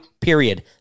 period